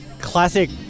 Classic